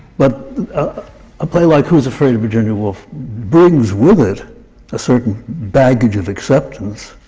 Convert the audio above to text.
but a play like who's afraid of virginia woolf brings with it a certain baggage of acceptance,